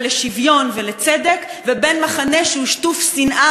לשוויון ולצדק ובין מחנה שהוא שטוף שנאה